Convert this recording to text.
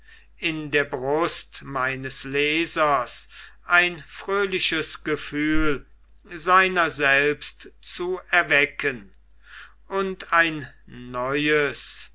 in der brust meines lesers ein fröhliches gefühl seiner selbst zu erwecken und ein neues